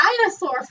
dinosaur